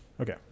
Okay